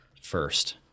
first